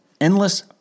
endless